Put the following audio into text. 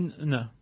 No